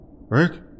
Rick